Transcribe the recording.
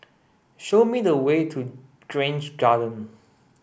show me the way to Grange Garden